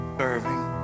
serving